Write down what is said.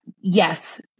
yes